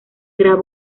graba